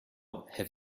have